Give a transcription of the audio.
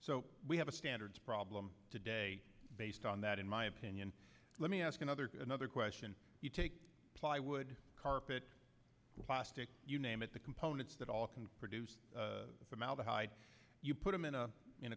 so we have a standards problem today based on that in my opinion let me ask another another question you take plywood carpet plastic you name it the components that all can produce formaldehyde you put them in a in